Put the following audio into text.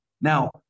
Now